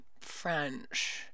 French